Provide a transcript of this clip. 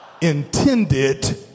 intended